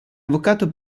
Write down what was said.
avvocato